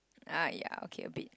ah ya okay a bit